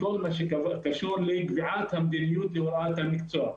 בכל מה שקשור לקביעת המדיניות והוראת המקצוע.